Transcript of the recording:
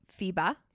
FIBA